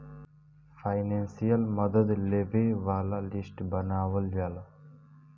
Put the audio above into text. financial मदद लेबे वाला लिस्ट बनावल जाला